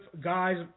guys